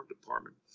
department